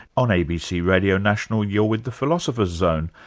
on abc radio national, you're with the philosopher's zone,